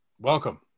Welcome